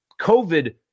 covid